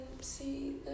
see